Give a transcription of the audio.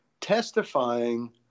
testifying